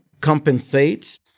compensates